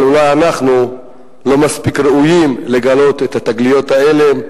אבל אולי אנחנו לא מספיק ראויים לתגליות האלה.